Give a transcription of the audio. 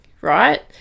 right